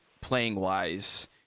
playing-wise